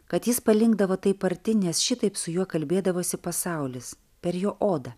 kad jis palinkdavo taip arti nes šitaip su juo kalbėdavosi pasaulis per jo odą